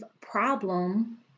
problem